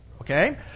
okay